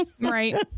Right